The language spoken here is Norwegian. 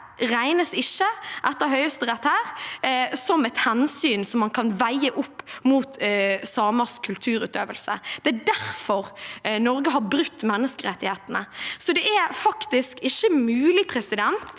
regnes ikke av Høyesterett her som et hensyn man kan veie opp mot samers kulturutøvelse. Det er derfor Norge har brutt menneskerettighetene, så det er faktisk ikke mulig å si at